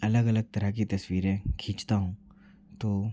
अलग अलग तरह की तस्वीरें खींचता हूँ तो